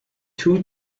two